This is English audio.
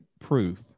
proof